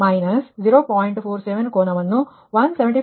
47 ಕೋನವನ್ನು 175